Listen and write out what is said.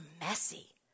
messy